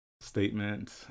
statement